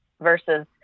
Versus